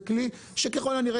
זה כלי שככל הנראה,